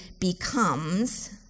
becomes